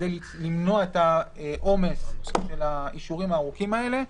כדי למנוע את העומס של האישורים הארוכים האלה,